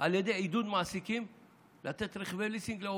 על ידי עידוד מעסיקים לתת רכבי ליסינג לעובדיהם.